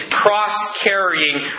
cross-carrying